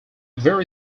very